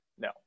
No